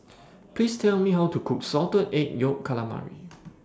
Please Tell Me How to Cook Salted Egg Yolk Calamari